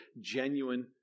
genuine